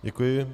Děkuji.